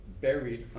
buried